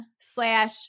slash